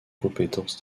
compétence